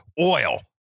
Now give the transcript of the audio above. oil